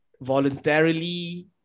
voluntarily